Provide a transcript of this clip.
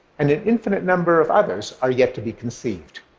and an infinite number of others are yet to be conceived.